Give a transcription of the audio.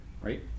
Right